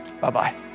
Bye-bye